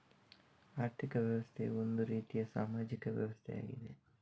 ಆರ್ಥಿಕ ವ್ಯವಸ್ಥೆಯು ಒಂದು ರೀತಿಯ ಸಾಮಾಜಿಕ ವ್ಯವಸ್ಥೆಯಾಗಿದೆ